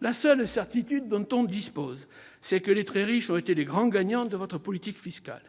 La seule certitude dont on dispose, c'est que les très riches ont été les grands gagnants de votre politique fiscale.